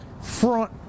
front